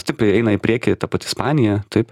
stipriai eina į priekį ta pati ispanija taip